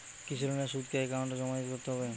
কৃষি লোনের সুদ কি একাউন্টে জমা করতে হবে?